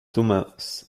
thomas